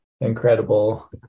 incredible